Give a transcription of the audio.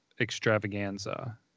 extravaganza